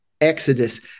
Exodus